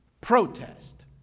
protest